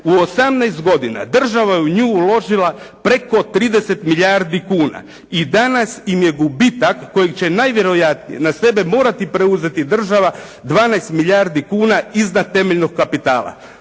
U 18 godina država je u nju uložila preko 30 milijardi kuna i danas im je gubitak kojeg će najvjerojatnije na sebe morati preuzeti država, 12 milijardi kuna iznad temeljnog kapitala.